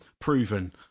proven